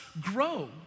grow